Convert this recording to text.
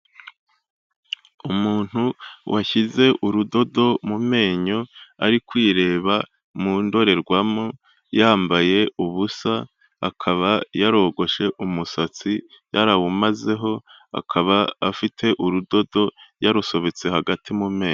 Umuntu washyize urudodo mu menyo ari kwireba mu ndorerwamo, yambaye ubusa akaba yarogoshe umusatsi yarawumazeho, akaba afite urudodo yarusobetse hagati mu menyo.